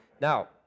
Now